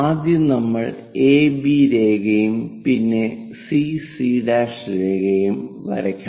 ആദ്യം നമ്മൾ A B രേഖയും പിന്നെ സി സി' CC' രേഖയും വരയ്ക്കണം